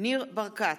ניר ברקת,